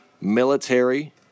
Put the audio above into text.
military